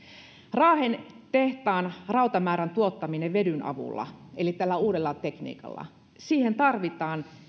raahen tehtaan rautamäärän tuottamiseen vedyn avulla eli tällä uudella tekniikalla tarvitaan